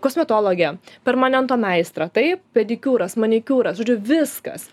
kosmetologę permanento meistrą taip pedikiūras manikiūras žodžiu viskas